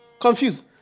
confused